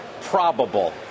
probable